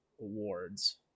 awards